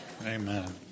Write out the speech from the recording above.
amen